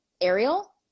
Ariel